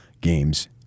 games